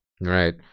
Right